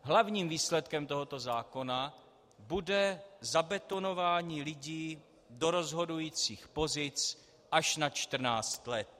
hlavním výsledkem tohoto zákona bude zabetonování lidí do rozhodujících pozic až na 14 let.